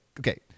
Okay